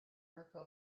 mirco